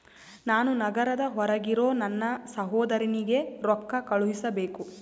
ನಾನು ನಗರದ ಹೊರಗಿರೋ ನನ್ನ ಸಹೋದರನಿಗೆ ರೊಕ್ಕ ಕಳುಹಿಸಬೇಕು